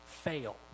fail